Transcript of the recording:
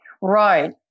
Right